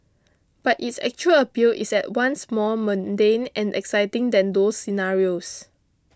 but its actual appeal is at once more mundane and exciting than those scenarios